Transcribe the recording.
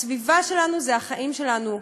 הסביבה שלנו זה החיים שלנו.